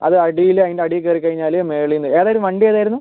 അത് അടിയിൽ അതിൻ്റെ അടീ കയറി കഴിഞ്ഞാൽ മേളീന്ന് ഏതായിരുന്നു വണ്ടി ഏതായിരുന്നു